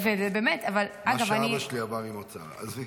מה שאבא שלי עבר עם ההוצאה, עזבי.